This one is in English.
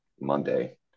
Monday